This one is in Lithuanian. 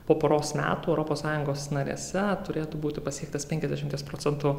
po poros metų europos sąjungos narėse turėtų būti pasiektas penkiasdešimties procentų